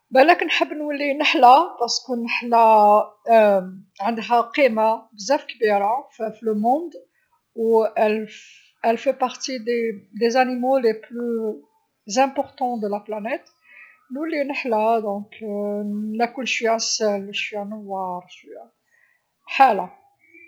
﻿بلاك نحب نولي نحلة باغسكو النحلة عندها قيمه بزاف كبيره ف-فلو موند. و اي ايل في باختي دي زانيمو لي بلو زانبوختون دو لا بلانيت. نولي نحله دونك نأكل شويه عسل شويه نوار شوية، حالة.